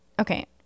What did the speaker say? Okay